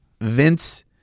Vince